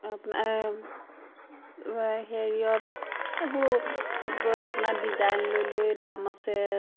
আপোনাৰ হেৰিয়ত এইবোৰ আপোনাৰ ডিজাইন লৈ লৈ দাম আছে